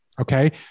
Okay